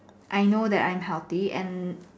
I know that I'm healthy and